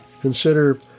consider